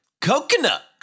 Coconut